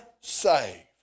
saved